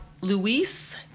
Luis